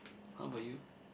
how bout you